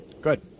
Good